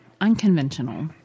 unconventional